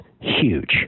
Huge